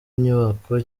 nyubako